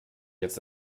jetzt